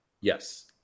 Yes